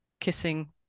kissing